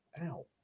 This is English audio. Ow